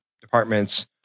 departments